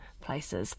places